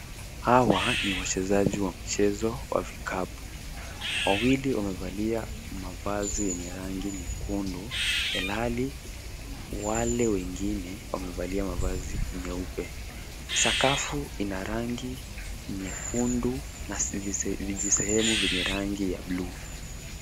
Hawa ni wachezaji wa mchezo wa vikapu. Wawili wamevalia mavazi yenye rangi nyekundu ilhali wale wengine wamevalia mavazi nyeupe. Sakafu ina rangi nyekundu na vijisehemu vyenye rangi ya buluu.